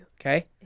Okay